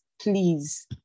please